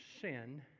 sin